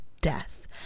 death